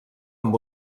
amb